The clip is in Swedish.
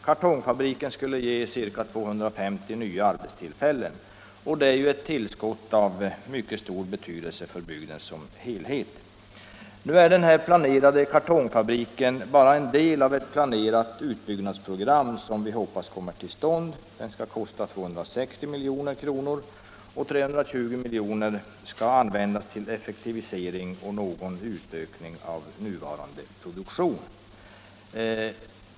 Kartongfabriken skulle ge ca 250 nya arbetstillfällen, och det är ett tillskott av mycket stor betydelse för bygden som helhet. Den planerade kartongfabriken är emellertid bara en del av den utbyggnad som vi hoppas kommer till stånd. Den skall kosta 260 milj.kr., och 320 miljoner skall användas till effektivisering och någon utökning av nuvarande produktion.